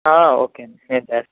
okay అండి నేను చేస్తా